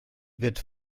wird